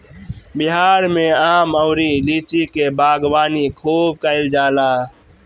बिहार में आम अउरी लीची के बागवानी खूब कईल जाला